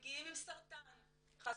שמגיעים עם סרטן, חס וחלילה.